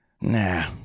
Nah